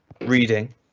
reading